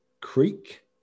Creek